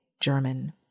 German